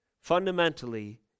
fundamentally